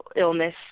illness